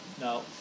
no